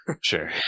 sure